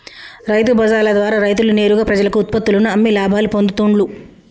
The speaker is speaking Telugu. రైతు బజార్ల ద్వారా రైతులు నేరుగా ప్రజలకు ఉత్పత్తుల్లను అమ్మి లాభాలు పొందుతూండ్లు